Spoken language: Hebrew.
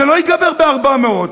זה לא ייגמר ב-400,